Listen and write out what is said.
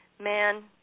man